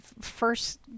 first